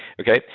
okay?